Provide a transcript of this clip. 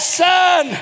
son